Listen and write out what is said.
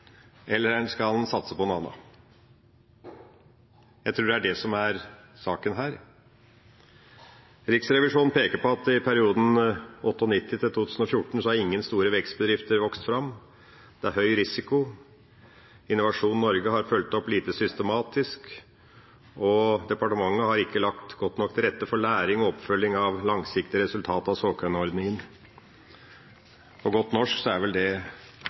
eller om man skal satse på noe annet. Jeg tror det er det som er saken her. Riksrevisjonen peker på at i perioden 1998–2014 har ingen store vekstbedrifter vokst fram, det er høy risiko, Innovasjon Norge har fulgt opp lite systematisk, og departementet har ikke lagt godt nok til rette for læring og oppfølging av langsiktige resultat av såkornordningen. På godt norsk er vel det